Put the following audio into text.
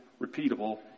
repeatable